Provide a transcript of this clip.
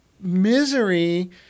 misery